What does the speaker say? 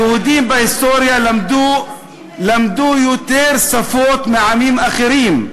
היהודים בהיסטוריה למדו יותר שפות מעמים אחרים.